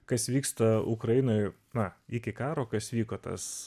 kas vyksta ukrainoj na iki karo kas vyko tas